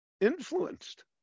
influenced